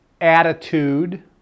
attitude